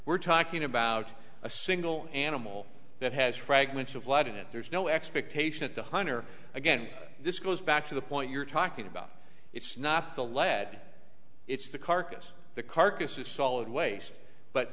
we're talking about a single animal that has fragments of lead in it there's no expectation to hunter again this goes back to the point you're talking about it's not the lad it's the carcass the carcass it's solid waste but